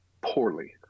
Poorly